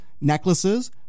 necklaces